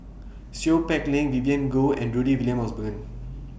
Seow Peck Leng Vivien Goh and Rudy William Mosbergen